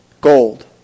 gold